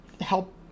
help